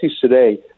today